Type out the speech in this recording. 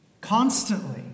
constantly